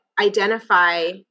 identify